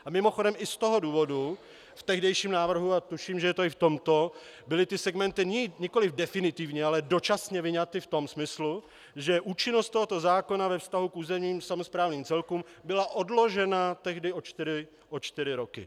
A mimochodem i z toho důvodu v tehdejším návrhu a tuším, že je to i v tomto, byly ty segmenty nikoliv definitivně, ale dočasně vyňaty v tom smyslu, že účinnost tohoto zákona ve vztahu k územním samosprávním celkům byla odložena tehdy o čtyři roky.